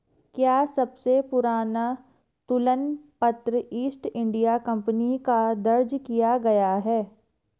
क्या सबसे पुराना तुलन पत्र ईस्ट इंडिया कंपनी का दर्ज किया गया है?